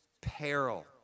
peril